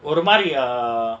ஒரு மாதிரி:oru maadhiri ah